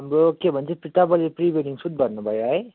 हाम्रो के भन्छ त्यो तपाईँले प्री वेडिङ सुट भन्नुभयो है